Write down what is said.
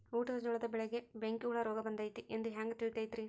ಊಟದ ಜೋಳದ ಬೆಳೆಗೆ ಬೆಂಕಿ ಹುಳ ರೋಗ ಬಂದೈತಿ ಎಂದು ಹ್ಯಾಂಗ ತಿಳಿತೈತರೇ?